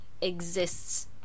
exists